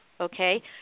okay